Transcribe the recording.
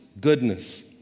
goodness